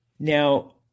Now